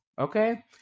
Okay